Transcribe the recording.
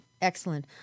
Excellent